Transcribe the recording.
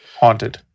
haunted